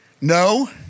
No